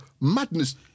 madness